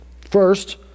First